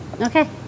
Okay